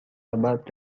about